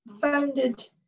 founded